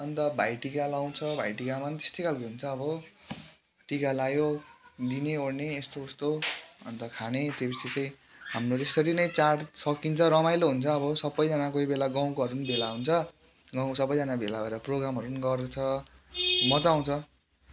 अन्त भाइटिका लाँउछ भाइटिकामा पनि त्यस्तै खालके हुन्छ अब टिका लाइदिने ओर्ने यस्तो उस्तो अन्त खाने त्यो पिच्छे चाहिँ हाम्रो यसरी नै चाड सकिन्छ रमाइलो हुन्छ अब सबैजना कोहीबेला गउँकोहरू पनि भेला हुन्छ गाउँको सबैजना भेला भएर प्रोगामहरू पनि गर्छ मजा आउँछ